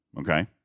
okay